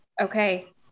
Okay